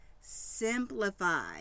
Simplify